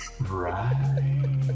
right